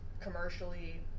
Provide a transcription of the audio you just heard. commercially